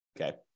Okay